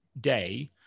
day